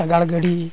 ᱥᱟᱜᱟᱲ ᱜᱟᱹᱰᱤ